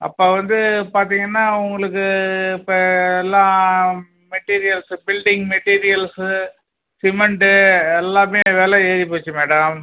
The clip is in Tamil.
அப்போ வந்து பார்த்திங்கன்னா உங்களுக்கு இப்போ எல்லா மெட்டீரியல்ஸு பில்டிங் மெட்டீரியல்ஸு சிமெண்ட்டு எல்லாமே வில ஏறி போச்சு மேடம்